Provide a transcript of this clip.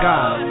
God